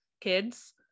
kids